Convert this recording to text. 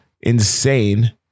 insane